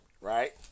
right